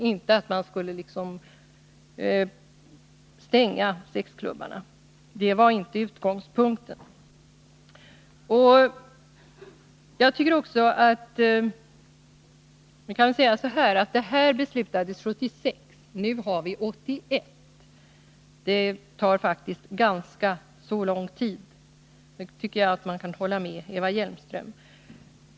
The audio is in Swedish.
Att man skulle stänga sexklubbarna var alltså inte utgångspunkten. Detta beslutades 1976. Nu har vi 1981. Det tar faktiskt ganska lång tid; det tycker jag att man kan hålla med Eva Hjelmström om.